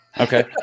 Okay